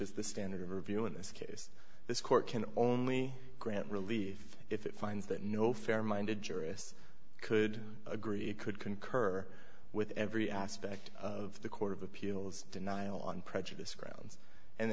is the standard of review in this case this court can only grant relief if it finds that no fair minded jurists could agree it could concur with every aspect of the court of appeals denial on prejudice grounds and